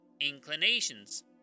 inclinations